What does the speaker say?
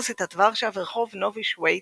אוניברסיטת ורשה ורחוב נובי שוויאט,